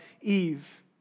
Eve